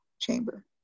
chamber